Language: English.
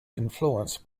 influenced